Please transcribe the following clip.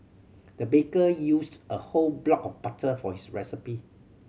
the baker used a whole block of butter for his recipe